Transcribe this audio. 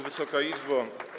Wysoka Izbo!